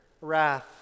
wrath